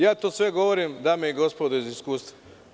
Ja to sve govorim, dame i gospodo iz iskustva.